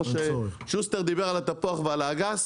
שוסטר דיבר על התפוח והאגס,